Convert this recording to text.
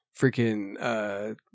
freaking